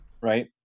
right